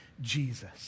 Jesus